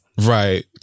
right